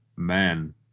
Man